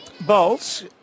Bolts